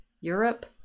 europe